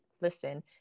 listen